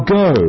go